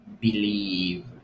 believe